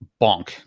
bonk